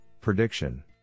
prediction